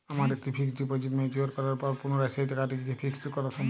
আমার একটি fixed deposit mature করার পর পুনরায় সেই টাকাটিকে কি ফিক্সড করা সম্ভব?